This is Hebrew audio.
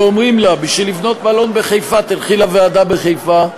ואומרים לה: בשביל לבנות מלון בחיפה תלכי לוועדה בחיפה,